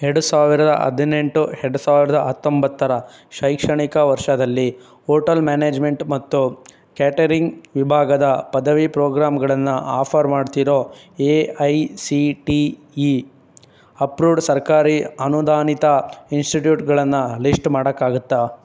ಎರಡು ಸಾವಿರದ ಹದಿನೆಂಟು ಎರಡು ಸಾವಿರದ ಹತ್ತೊಂಬತ್ತರ ಶೈಕ್ಷಣಿಕ ವರ್ಷದಲ್ಲಿ ಓಟಲ್ ಮ್ಯಾನೇಜ್ಮೆಂಟ್ ಮತ್ತು ಕ್ಯಾಟರಿಂಗ್ ವಿಭಾಗದ ಪದವಿ ಪ್ರೋಗ್ರಾಮ್ಗಳನ್ನು ಆಫರ್ ಮಾಡ್ತಿರೋ A I C T E approved ಸರ್ಕಾರಿ ಅನುದಾನಿತ ಇನ್ಸ್ಟಿಟ್ಯೂಟ್ಗಳನ್ನು ಲಿಸ್ಟ್ ಮಾಡೊಕಾಗುತ್ತ